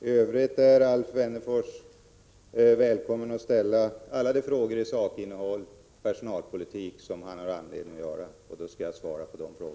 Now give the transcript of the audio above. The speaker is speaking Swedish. I övrigt är Alf Wennerfors välkommen att ställa alla de frågor när det gäller sakinnehållet i personalpolitiken som han kan ha anledning att ställa, så skall jag svara på dem.